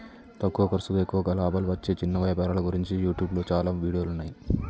తక్కువ ఖర్సుతో ఎక్కువ లాభాలు వచ్చే చిన్న వ్యాపారాల గురించి యూట్యూబ్లో చాలా వీడియోలున్నయ్యి